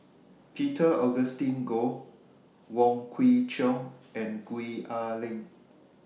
Peter Augustine Goh Wong Kwei Cheong and Gwee Ah Leng